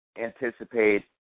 anticipate